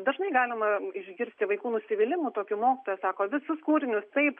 dažnai galima išgirsti vaikų nusivylimo tokiu mokutoju sako visus kūrinius taip